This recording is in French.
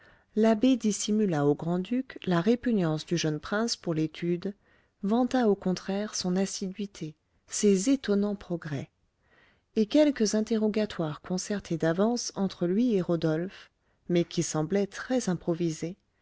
l'abbé dissimula au grand-duc la répugnance du jeune prince pour l'étude vanta au contraire son assiduité ses étonnants progrès et quelques interrogatoires concertés d'avance entre lui et rodolphe mais qui semblaient